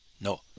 no